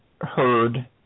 heard